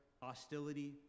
hostility